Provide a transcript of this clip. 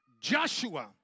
Joshua